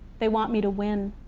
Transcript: they want me to win.